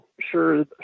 sure